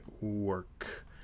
work